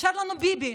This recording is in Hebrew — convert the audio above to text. נשאר לנו "ביבי"